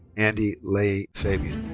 andie leigh fabian.